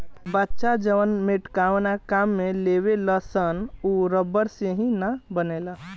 बच्चा जवन मेटकावना काम में लेवेलसन उ रबड़ से ही न बनेला